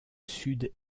sud